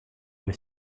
voie